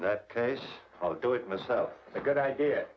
that case i'll do it myself a good idea